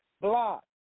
block